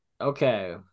Okay